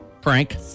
prank